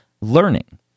learning